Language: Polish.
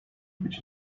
być